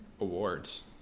awards